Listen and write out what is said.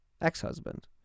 ex-husband